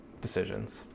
decisions